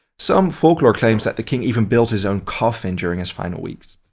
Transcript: some folklore claims that the king even built his own coffin during his final weeks.